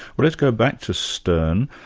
well let's go back to sterne.